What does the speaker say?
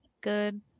Good